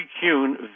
Kuhn